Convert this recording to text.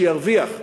שירוויח,